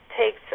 takes